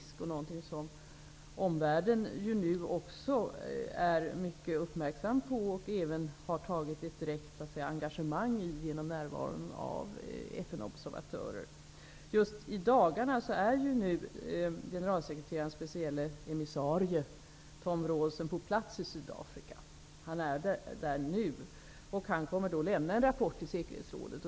Det är också någonting som omvärlden nu är mycket uppmärksam på och även har direkt engagerat sig i genom närvaron av FN Just i dagarna är generalsekreterarens specielle emissarie Tom Vraalsen på plats i Sydafrika. Han kommer att lämna en rapport till säkerhetsrådet.